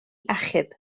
achub